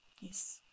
Yes